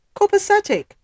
copacetic